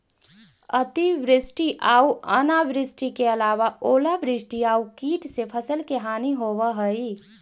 अतिवृष्टि आऊ अनावृष्टि के अलावा ओलावृष्टि आउ कीट से फसल के हानि होवऽ हइ